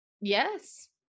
yes